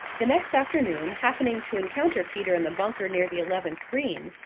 the next afternoon, happening to encounter peter in the bunker near the eleventh green,